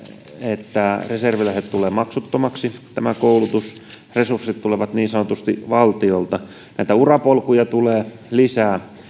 että reserviläisille tulee maksuttomaksi tämä koulutus resurssit tulevat niin sanotusti valtiolta näitä urapolkuja tulee lisää